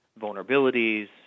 vulnerabilities